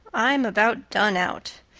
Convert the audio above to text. i'm about done out.